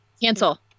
Cancel